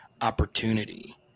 opportunity